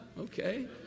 Okay